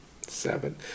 Seven